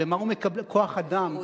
כוח-אדם.